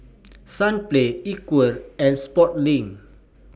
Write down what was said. Sunplay Equal and Sportslink